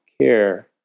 care